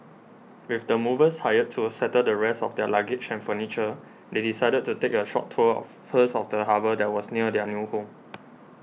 with the movers hired to settle the rest of their luggage and furniture they decided to take a short tour first of the harbour that was near their new home